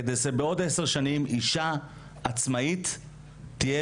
כדי שבעוד 10 שנים אישה עצמאית תהיה